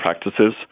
practices